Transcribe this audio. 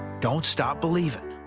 don't stop believing.